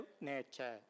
nature